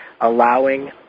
allowing